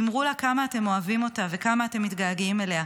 אמרו לה כמה אתם אוהבים אותה וכמה אתם מתגעגעים אליה.